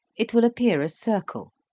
it will appear a circle.